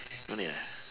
don't need ah